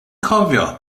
cofio